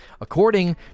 According